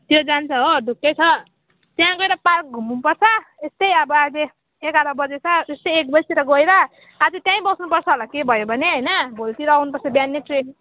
त्यो जान्छ हो ढुक्कै छ त्यहाँ गएर पार्क घुम्नुपर्छ यस्तै अब अहिले एघार बजेछ यस्तै एक बजेतिर गएर आज त्यहीँ बस्नुपर्छ होला केही भयो भने हैन भोलितिर आउनुपर्छ बिहानै ट्रेनमा